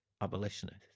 abolitionists